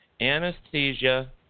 Anesthesia